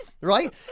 right